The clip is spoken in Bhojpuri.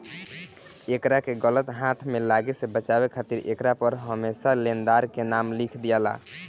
एकरा के गलत हाथ में लागे से बचावे खातिर एकरा पर हरमेशा लेनदार के नाम लिख दियाला